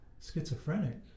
schizophrenic